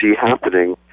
happening